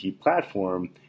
platform